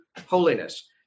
holiness